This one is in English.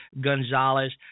Gonzalez